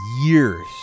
years